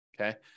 okay